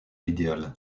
l’idéal